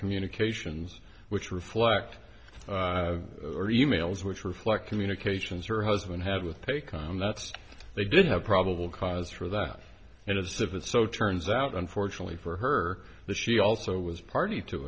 communications which reflect or emails which reflect communications her husband had with pay com that they did have probable cause for that and as if it so turns out unfortunately for her that she also was party to